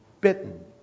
bitten